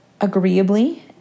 agreeably